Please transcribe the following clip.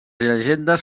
llegendes